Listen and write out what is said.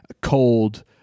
cold